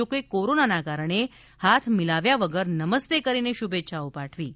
જો કે કોરોનાને કારણે હાથ મીલાવ્યા વગર નમસ્તે કરીને શુભેચ્છાઓ પાઠવી હતી